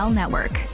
network